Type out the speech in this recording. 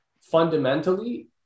fundamentally